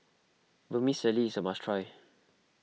Vermicelli is a must try